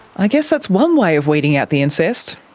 i guess that's one way of weeding out the incest.